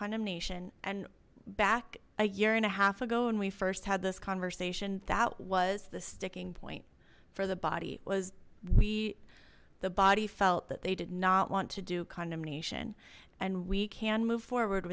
condemnation and back a year and a half ago and we first had this conversation that was the sticking point for the body was we the body felt that they did not want to do condemnation and we can move forward